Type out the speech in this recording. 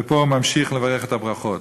ופה הוא ממשיך לברך את הברכות.